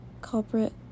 culprit